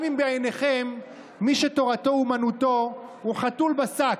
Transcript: גם אם בעיניכם מי שתורתו אומנותו הוא חתול בשק,